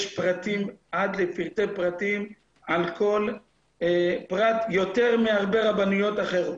יש פרטים עד לפרטי פרטים על כל פרט יותר מהרבה רבנויות אחרות.